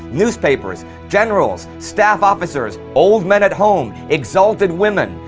newspapers, generals, staff officers, old men at home, exalted women.